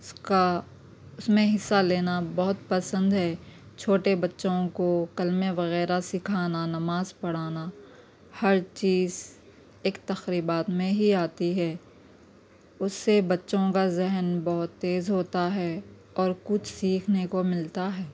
اس کا اس میں حصہ لینا بہت پسند ہے چھوٹے بچوں کو کلمے وغیرہ سکھانا نماز پڑھانا ہر چیز ایک تقریبات میں ہی آتی ہے اس سے بچوں کا ذہن بہت تیز ہوتا ہے اور کچھ سیکھنے کو ملتا ہے